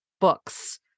books